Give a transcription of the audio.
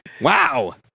Wow